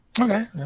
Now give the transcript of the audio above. Okay